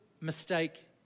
Mistake